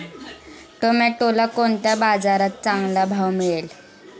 टोमॅटोला कोणत्या बाजारात चांगला भाव मिळेल?